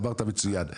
אמרת מצוין.